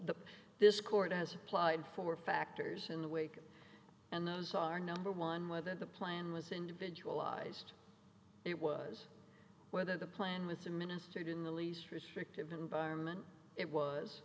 this court has applied for factors in the wake and those are number one whether the plan was individualized it was whether the plan was to ministered in the least restrictive environment it was